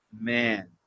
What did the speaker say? man